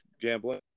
gambling